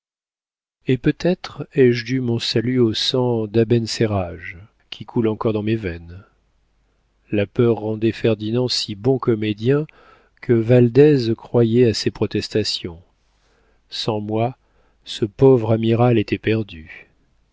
et peut-être ai-je dû mon salut au sang d'abencerrage qui coule encore dans mes veines la peur rendait ferdinand si bon comédien que valdez croyait à ses protestations sans moi ce pauvre amiral était perdu